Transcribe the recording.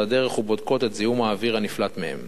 הדרך ובודקות את זיהום האוויר הנפלט מהם.